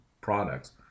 products